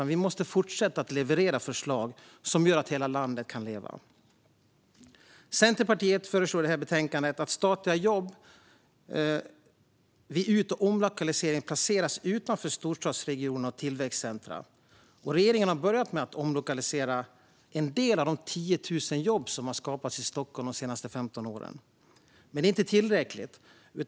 Vi måste fortsätta leverera förslag som gör att hela landet kan leva. Centerpartiet föreslår i detta betänkande att statliga jobb vid ut och omlokalisering placeras utanför storstadsregionerna och tillväxtcentrumen. Regeringen har börjat med att omlokalisera en del av de 10 000 jobb som har skapats i Stockholm de senaste 15 åren, men det är inte tillräckligt.